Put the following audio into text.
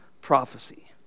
prophecy